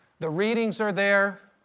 the readings are there,